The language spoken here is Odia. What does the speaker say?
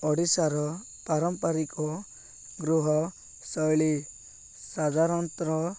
ଓଡ଼ିଶାର ପାରମ୍ପରିକ ଗୃହଶୈଳୀ ସାଧାରଣତଃ